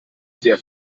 sehr